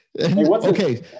Okay